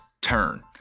turn